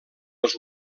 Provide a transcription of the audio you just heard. els